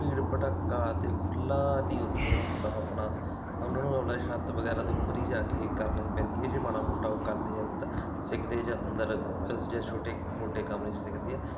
ਭੀੜ ਭੜੱਕਾ ਅਤੇ ਖੁੱਲਾ ਨਹੀਂ ਉੱਥੇ ਹੁੰਦਾ ਆਪਣਾ ਉਹਨਾਂ ਨੂੰ ਰੌਲਾ ਛੱਤ ਵਗੈਰਾ ਦੇ ਉੱਪਰ ਹੀ ਜਾ ਕੇ ਕਰਨਾ ਹੀ ਪੈਂਦੀ ਹੈ ਜੇ ਮਾੜਾ ਮੋਟਾ ਉਹ ਕਰਦੇ ਆ ਤਾਂ ਸਿੱਖਦੇ ਆ ਜਾਂ ਅੰਦਰ ਜਾਂ ਛੋਟੇ ਮੋਟੇ ਕਮਰੇ 'ਚ ਸਿੱਖਦੇ ਆ